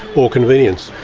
or convenience.